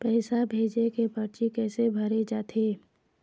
पैसा भेजे के परची कैसे भरे जाथे?